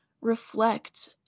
reflect